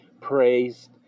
praised